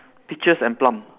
peaches and plum